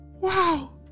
Wow